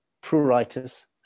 pruritus